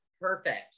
perfect